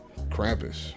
Krampus